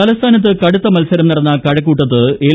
P തലസ്ഥാനത്ത് കടുത്ത മൽസരം ് നടന്ന കഴക്കൂട്ടത്ത് എൽ